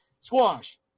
Squash